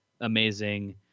amazing